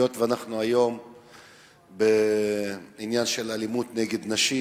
היות שהיום אנחנו בעניין של אלימות נגד נשים,